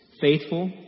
faithful